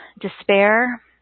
despair